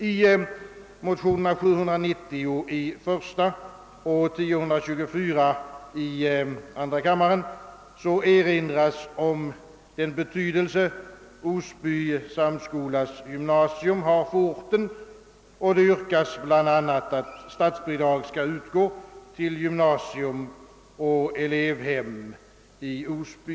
I motionsparet I:790 och II:1024 erinras om den betydelse som Osby samskolas gymnasium har för orten, och det yrkas bl.a., att statsbidrag skall utgå till gymnasium och elevhem i Osby.